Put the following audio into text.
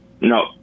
no